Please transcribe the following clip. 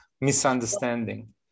misunderstanding